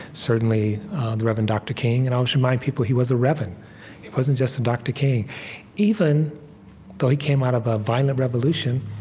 certainly the rev. dr. king and i always remind people, he was a reverend he wasn't just a dr. king even though he came out of a violent revolution,